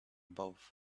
both